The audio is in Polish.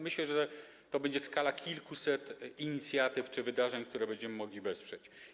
Myślę, że to będzie skala kilkuset inicjatyw czy wydarzeń, które będziemy mogli wesprzeć.